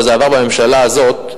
וזה עבר בממשלה הזאת,